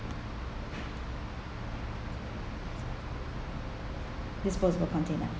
disposal container